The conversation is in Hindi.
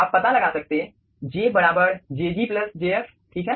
आप पता लगा सकते j बराबर jg प्लस jf ठीक है